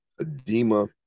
edema